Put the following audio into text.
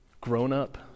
grown-up